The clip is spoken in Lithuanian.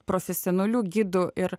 profesionalių gidų ir